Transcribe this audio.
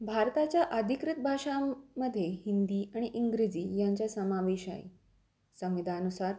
भारताच्या अधिकृत भाषामध्ये हिंदी आणि इंग्रजी यांच्या समावेश आहे संविधानानुसार